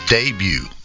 debut